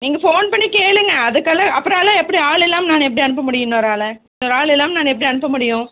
நீங்கள் ஃபோன் பண்ணி கேளுங்க அதுக்கெல்லாம் அப்புறோம் எல்லா எப்படி ஆள் இல்லாம நான் எப்படி அனுப்ப முடியும் இன்னோரு ஆளை இன்னோரு ஆள் இல்லாம நான் எப்படி அனுப்ப முடியும்